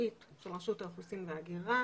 מקצועית של רשות האוכלוסין וההגירה,